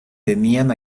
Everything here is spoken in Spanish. tenían